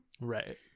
right